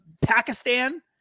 Pakistan